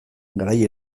garai